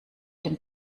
dem